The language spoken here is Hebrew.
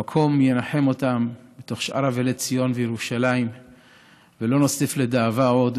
המקום ינחם אותם בתוך שאר אבלי ציון וירושלים ולא נוסיף לדאבה עוד.